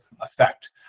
effect